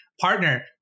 partner